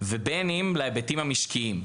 ובין אם להיבטים המשקיים,